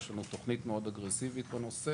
יש לנו תוכנית מאוד אגרסיבית בנושא.